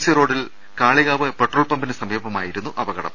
C റോഡിൽ Kalikavu petrol പമ്പിന് സമീപമായിരുന്നു അപകടം